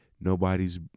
Nobody's